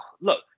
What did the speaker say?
look